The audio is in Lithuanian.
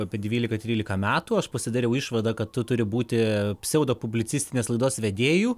apie dvylika trylika metų aš pasidariau išvadą kad tu turi būti pseudo publicistinės laidos vedėju